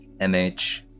MH